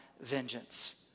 vengeance